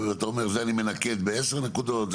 אתה אומר: את זה אני מנקד בעשר נקודות,